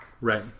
Right